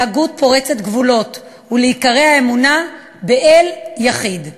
להגות פורצת גבולות ולעיקרי האמונה באל יחיד,